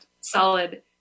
solid